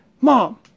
Mom